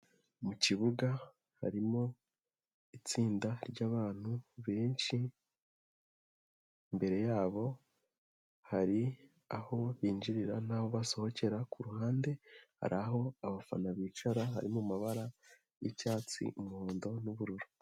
Mu kibuga harimo itsinda ry'abantu benshi, imbere yabo hari aho binjirira'ho basohokera, kuruhande hari aho abafana bicara hari mu mabara y'icyatsi, umuhondo n'ubururu.